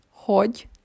Hogy